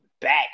back